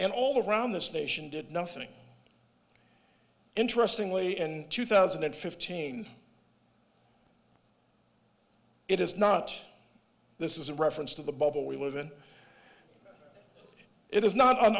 and all around this nation did nothing interestingly in two thousand and fifteen it is not this is in reference to the bubble we live in it is not